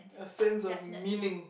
a sense of meaning